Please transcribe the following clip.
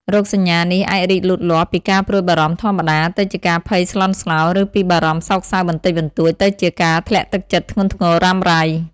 រោគសញ្ញានេះអាចរីកលូតលាស់ពីការព្រួយបារម្ភធម្មតា ទៅជាការភ័យស្លន់ស្លោ ឬពីអារម្មណ៍សោកសៅបន្តិចបន្តួច ទៅជាការធ្លាក់ទឹកចិត្តធ្ងន់ធ្ងររ៉ាំរ៉ៃ។